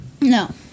No